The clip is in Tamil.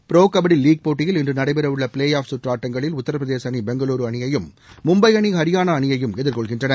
ப்ரோ கபடி லீக் போட்டியில் இன்று நடைபெற உள்ள ப்ளே ஆப் சுற்று ஆட்டங்களில் உத்திரபிரதேச அணி பெங்களூரு அணியையும் மும்பை அணி ஹரியானா அணியையும் எதிர்கொள்கின்றன